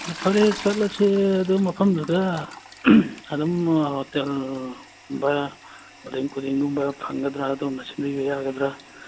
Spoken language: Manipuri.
ꯐꯔꯦ ꯆꯠꯂꯁꯦ ꯑꯗꯨꯝ ꯃꯐꯝꯗꯨꯗ ꯑꯗꯨꯝ ꯍꯣꯇꯦꯜ ꯕꯔꯥ ꯔꯦꯟꯒꯨꯝꯕ ꯐꯪꯒꯗ꯭ꯔ ꯑꯗꯣꯝꯅ ꯁꯤꯟꯕꯤꯕ ꯌꯥꯒꯗ꯭ꯔ